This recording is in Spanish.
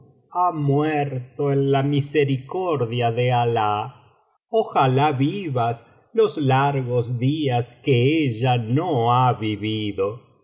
ha muerto en la misericordia de alah ojalá vivas los largos días que ella no ha vivido